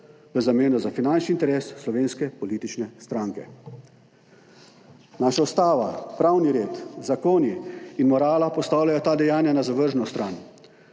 v zameno za finančni interes slovenske politične stranke. Naša ustava, pravni red, zakoni in morala postavljajo ta dejanja na zavržno stran.